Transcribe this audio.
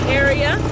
area